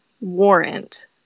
warrant